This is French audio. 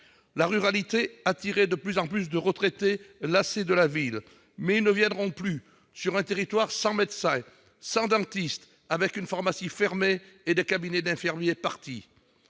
La ruralité attirait de plus en plus de retraités lassés de la ville, mais ceux-ci ne viendront plus sur un territoire sans médecin, sans dentiste, avec la pharmacie fermée et les cabinets d'infirmiers partis.